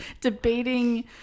debating